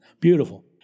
beautiful